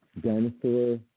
dinosaur